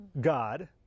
God